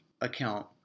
account